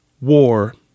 war